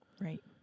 Right